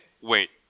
wait